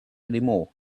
anymore